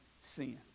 sin